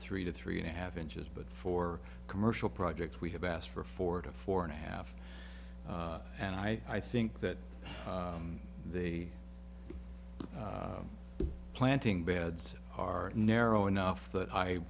three to three and a half inches but for commercial projects we have asked for four to four and a half and i think that they are planting beds are narrow enough that i